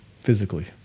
physically